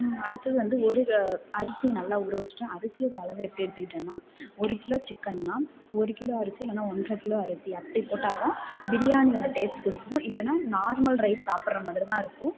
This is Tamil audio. அடுத்தது வந்து ஒரு அரிசியை நல்லா ஊற வச்சிட்டேன் அரிசியோட அளவு எப்படி எடுத்துகிட்டேன்னா ஒரு கிலோ சிக்கன்னா ஒரு கிலோ அரிசி இல்லைனா ஒன்றை கிலோ அரிசி அப்படி போட்டால்தான் பிரியாணியோட டேஸ்ட் கொடுக்கும் இல்லைனா நார்மல் ரைஸ் சாப்பிடுற மாதிரி தான் இருக்கும்